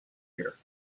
year